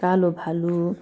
कालो भालु